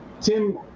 Tim